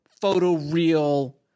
photo-real